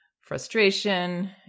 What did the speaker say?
frustration